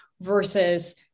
versus